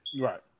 right